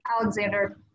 Alexander